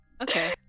Okay